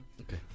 Okay